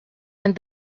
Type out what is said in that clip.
and